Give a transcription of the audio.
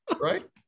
Right